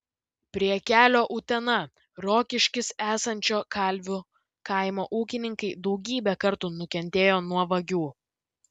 prie kelio utena rokiškis esančio kalvių kaimo ūkininkai daugybę kartų nukentėjo nuo vagių